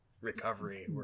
recovery